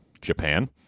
Japan